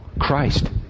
Christ